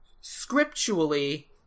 Scripturally